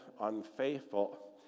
unfaithful